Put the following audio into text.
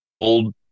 old